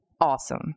awesome